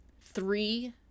Three